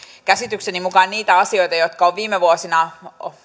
käsitykseni mukaan niitä asioita jotka ovat viime vuosina